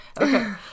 Okay